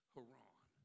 Haran